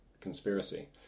conspiracy